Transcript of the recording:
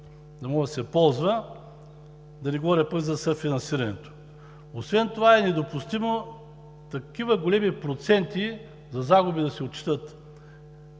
безвъзмездната помощ. Да не говоря пък за съфинансирането. Освен това е недопустимо такива големи проценти за загуби да се отчитат